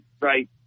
right